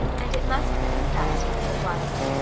and it must be confessed that it was.